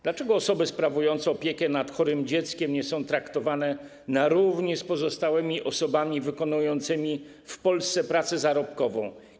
Dlaczego osoby sprawujące opiekę nad chorym dzieckiem nie są traktowane na równi z pozostałymi osobami wykonującymi w Polsce pracę zarobkową?